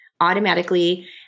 automatically